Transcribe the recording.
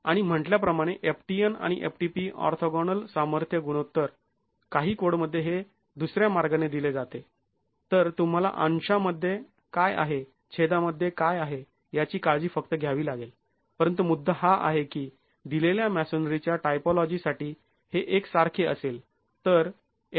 आणि म्हंटल्याप्रमाणे ftn वर ftp ऑर्थोगोनल सामर्थ्य गुणोत्तर काही कोडमध्ये हे दुसऱ्या मार्गाने दिले जाते तर तुम्हाला अंशामध्ये काय आहे छेदामध्ये काय आहे याची काळजी फक्त घ्यावी लागेल परंतु मुद्दा हा आहे की दिलेल्या मॅसोनरीच्या टाइपोलॉजी साठी हे एक सारखे असेल